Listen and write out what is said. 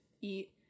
eat